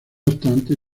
obstante